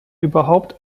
überhaupt